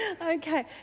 Okay